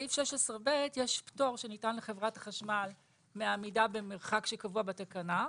בסעיף 16 ב' יש פטור שניתן לחברת חשמל מעמידה במרחק שקבוע בתקנה,